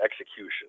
execution